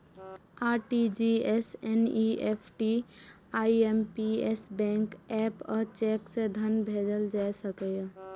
RTGS, NEFT, IMPS, bank app आ cheque सं धन भेजल जा सकैए